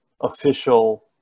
official